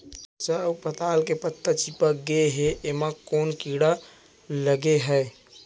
मरचा अऊ पताल के पत्ता चिपक गे हे, एमा कोन कीड़ा लगे है?